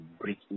break